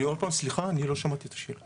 עוד פעם סליחה, אני לא שמעתי את השאלה.